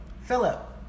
Philip